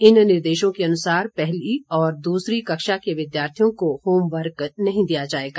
इन निर्देशों के अनुसार पहली और दूसरी कक्षा के विद्यार्थियों को होमवर्क नहीं दिया जाएगा